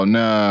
no